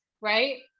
right